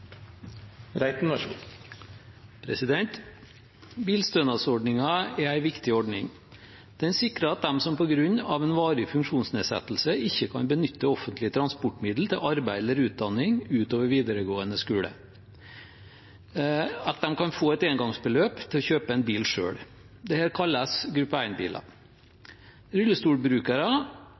viktig ordning. Den sikrer at de som på grunn av en varig funksjonsnedsettelse ikke kan benytte offentlige transportmidler til arbeid eller utdanning utover videregående skole, kan få et engangsbeløp til å kjøpe en bil selv. Dette kalles gruppe 1-biler. Rullestolbrukere